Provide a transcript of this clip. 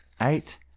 eight